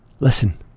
Listen